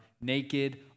naked